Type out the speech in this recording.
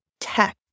tech